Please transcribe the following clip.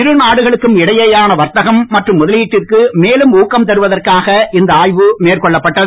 இருநாடுகளுக்கும் இடையேயான வர்த்தகம் மற்றும் முதலீட்டிற்கு மேலும் ஊக்கம் தருவதற்காக இந்த ஆய்வு மேற்கொள்ளப்பட்டுள்ளது